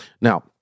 Now